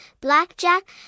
blackjack